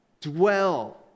dwell